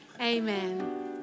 Amen